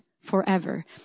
forever